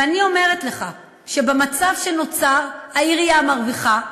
ואני אומרת לך שבמצב שנוצר, העירייה מרוויחה.